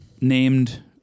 named